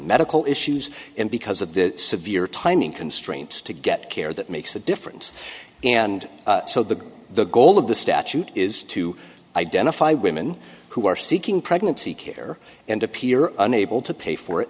medical issues and because of the severe timing constraints to get care that makes a difference and so the the goal of the statute is to identify women who are seeking pregnancy care and appear unable to pay for it